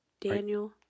Daniel